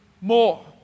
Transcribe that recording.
more